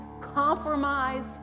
compromise